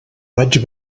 vaig